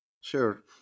Sure